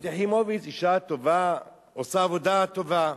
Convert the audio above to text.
יחימוביץ, אשה טובה, עושה עבודה טובה.